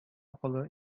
акылы